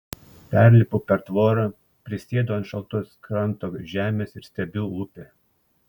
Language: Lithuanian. perlipu per tvorą prisėdu ant šaltos kranto žemės ir stebiu upę